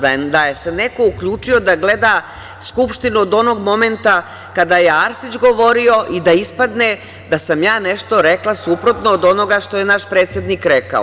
Da se neko uključio da gleda Skupštinu od onog momenta kada je Arsić govorio i da ispadne da sam ja nešto rekla suprotno od onoga što je naš predsednik rekao.